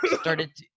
started